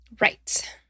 Right